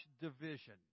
division